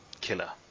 killer